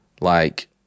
like-